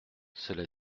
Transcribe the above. cela